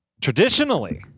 traditionally